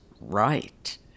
right